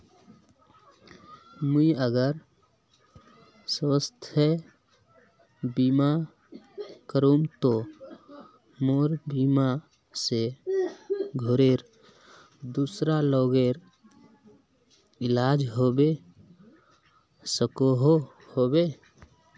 मुई अगर स्वास्थ्य बीमा करूम ते मोर बीमा से घोरेर दूसरा लोगेर इलाज होबे सकोहो होबे?